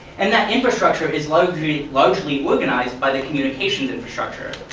and that infrastructure is largely largely organized by the communications infrastructure.